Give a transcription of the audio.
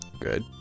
good